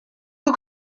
who